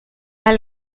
mal